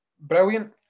brilliant